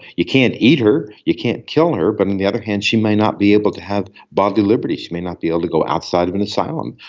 you can't eat her, you can't kill her, but on the other hand she may not be able to have bodily liberties, she may not be able to go outside of an asylum.